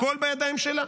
הכול בידיים שלה.